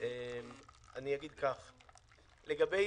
לגבי